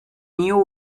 new